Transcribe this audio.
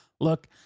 look